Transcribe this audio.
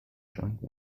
joint